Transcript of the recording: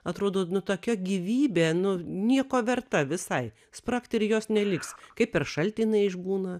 atrodo tokia gyvybė nu nieko verta visai spragt ir jos neliks kaip per šaltį inai išbūna